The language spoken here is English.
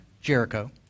Jericho